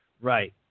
Right